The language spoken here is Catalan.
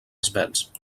esvelts